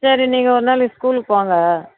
சரி நீங்கள் ஒரு நாள் ஸ்கூலுக்கு வாங்க